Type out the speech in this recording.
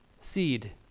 seed